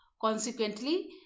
Consequently